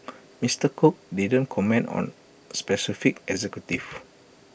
Mister cook didn't comment on specific executives